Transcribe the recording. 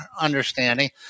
understanding